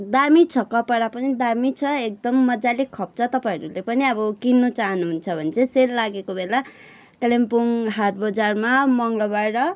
दामी छ कपडा पनि दामी छ एकदम मज्जाले खप्छ तपाईँहरूले पनि अब किन्नु चाहनुहुन्छ भने चाहिँ सेल लागेको बेला कालिम्पोङ हाटबजारमा मङ्गलबार र